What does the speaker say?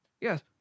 Yes